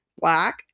black